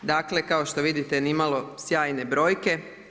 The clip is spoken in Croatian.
Dakle, kao što vidite nimalo sjajne brojke.